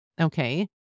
Okay